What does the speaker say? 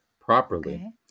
properly